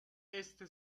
este